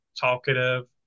talkative